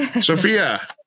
Sophia